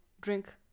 drink